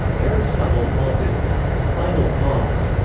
aristotle called this the final cause,